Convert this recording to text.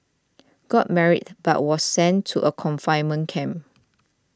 got married but was sent to a confinement camp